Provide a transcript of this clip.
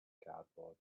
cardboard